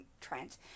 Trent